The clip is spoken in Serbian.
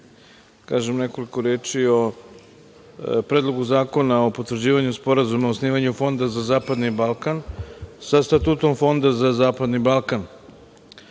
kažem nekoliko reči o Predlogu zakona o potvrđivanju Sporazuma o osnivanju Fonda za zapadni Balkan, sa Statutom Fonda za zapadni Balkan. Fond